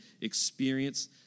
experience